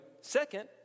Second